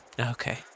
Okay